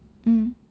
mm